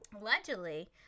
Allegedly